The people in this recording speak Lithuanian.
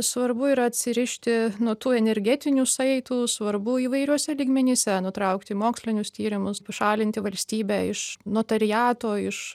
svarbu yra atsirišti nuo tų energetinių saitų svarbu įvairiuose lygmenyse nutraukti mokslinius tyrimus pašalinti valstybę iš notariato iš